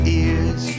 ears